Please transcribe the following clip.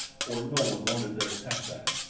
for no one wanted their tas-ad,